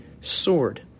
sword